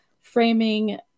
framing